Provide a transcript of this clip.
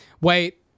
Wait